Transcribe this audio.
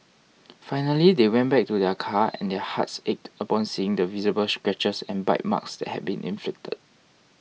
finally they went back to their car and their hearts ached upon seeing the visible scratches and bite marks that had been inflicted